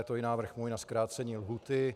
Je to i návrh můj na zkrácení lhůty.